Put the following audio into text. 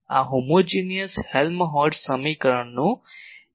આ સમાનધર્મી હેલ્મહોલ્ટ્ઝ સમીકરણનું એકીકરણ છે